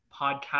podcast